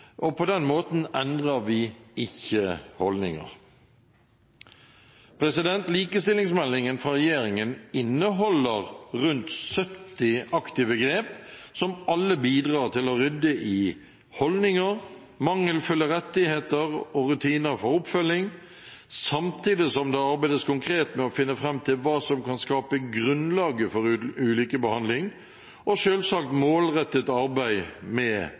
På den måten endrer vi ikke holdninger. Likestillingsmeldingen fra regjeringen inneholder rundt 70 aktive grep som alle bidrar til å rydde i holdninger, mangelfulle rettigheter og rutiner for oppfølging, samtidig som det arbeides konkret med å finne fram til hva som kan skape grunnlag for ulikebehandling, og selvsagt målrettet arbeid med